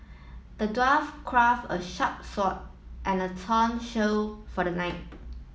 the dwarf craft a sharp sword and a tongue shield for the knight